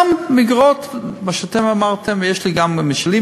גם בעקבות מה שאתם אמרתם ויש לי גם משלי,